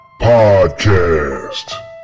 Podcast